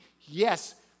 Yes